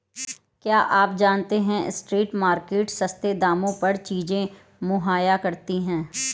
क्या आप जानते है स्ट्रीट मार्केट्स सस्ते दामों पर चीजें मुहैया कराती हैं?